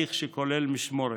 בהליך שכולל משמורת,